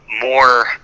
more